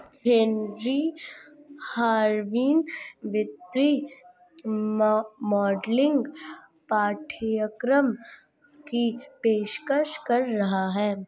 Henry Harvin वित्तीय modelling पाठ्यक्रम की पेशकश कर रहा हैं